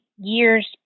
years